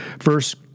Verse